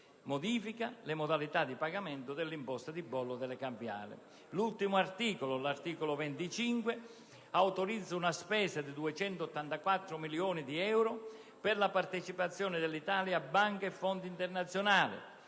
modifica le modalità di pagamento dell'imposta di bollo delle cambiali. L'articolo 25 autorizza una spesa di 284 milioni di euro per la partecipazione dell'Italia a banche e fondi internazionali;